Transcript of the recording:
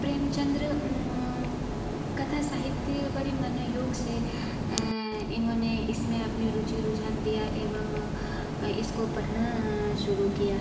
प्रेमचन्द्र कथा साहित्य बड़े मनोयोग से इन्होंने इसमें अपनी रुचि रुझान दिया एवं इसको पढ़ना शुरू किया